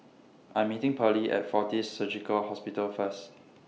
I'm meeting Pearle At Fortis Surgical Hospital First